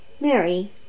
Mary